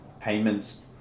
payments